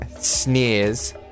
sneers